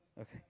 Okay